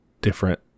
different